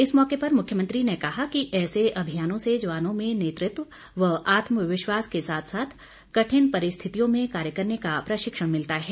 इस मौके पर मुख्यमंत्री ने कहा कि ऐसे अभियानों से जवानों में नेतृत्व व आत्मविश्वास के साथ साथ कठिन परिस्थितियों में कार्य करने का प्रशिक्षण मिलता है